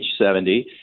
70